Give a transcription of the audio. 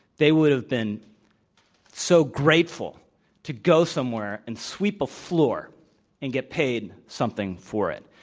they would have been so grateful to go somewhere and sweep a floor and get paid something for it.